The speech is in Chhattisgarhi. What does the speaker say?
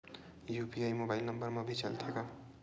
यू.पी.आई मोबाइल नंबर मा भी चलते हे का?